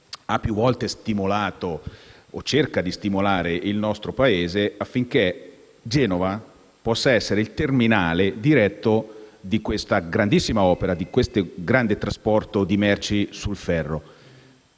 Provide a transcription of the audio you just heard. ha più volte cercato di stimolare il nostro Paese affinché Genova possa essere il terminale diretto di questa grandissima opera per il trasporto di merci su ferro.